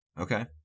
Okay